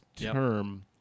term